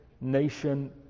nation